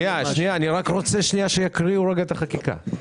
שנייה, אני רק רוצה שיקריאו רגע את החקיקה.